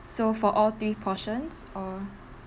so for all three portions or